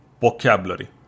vocabulary